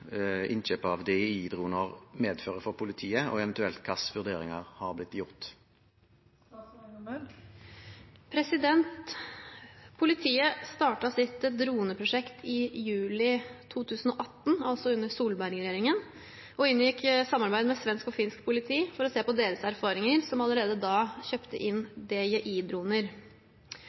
innkjøp av DJI-droner medfører for politiet, og eventuelt hvilke vurderinger har blitt gjort?» Politiet startet sitt droneprosjekt i juli 2018, altså under Solberg-regjeringen, og inngikk samarbeid med svensk og finsk politi, som allerede da kjøpte inn DJI-droner, for å se på deres erfaringer.